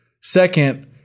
Second